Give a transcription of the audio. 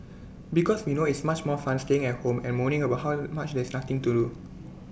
because we know it's much more fun staying at home and moaning about how much there's nothing to do